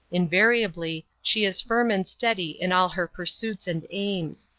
invariably she is firm and steady in all her pursuits and aims.